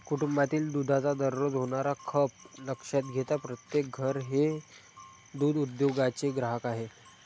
कुटुंबातील दुधाचा दररोज होणारा खप लक्षात घेता प्रत्येक घर हे दूध उद्योगाचे ग्राहक आहे